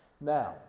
Now